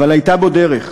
אבל הייתה בו דרך,